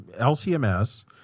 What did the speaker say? LCMS